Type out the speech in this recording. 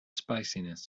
spiciness